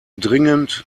dringend